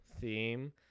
theme